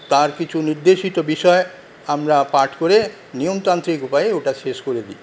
তার কিছু নির্দেশিত বিষয় আমরা পাঠ করে নিয়মতান্ত্রিক উপায়ে ওটা শেষ করে দিই